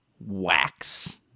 wax